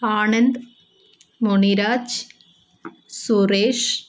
Anand Muniraj Suresh